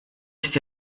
ist